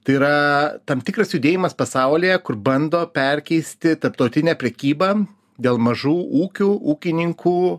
tai yra tam tikras judėjimas pasaulyje kur bando perkeisti tarptautinę prekybą dėl mažų ūkių ūkininkų